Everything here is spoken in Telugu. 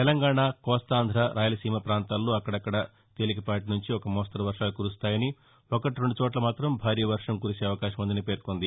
తెలంగాణ కోస్తాంధ్ర రాయలసీమ ప్రాంతాల్లో అక్కదక్కడా తేలికపాటి నుంచి ఒక మోస్తరు వర్వాలు కురుస్తాయని ఒకటి రెండు చోట్ల మాత్రం భారీ వర్వం కురిసే అవకాశం ఉందని పేర్కొంది